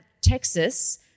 Texas